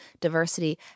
diversity